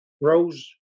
Rose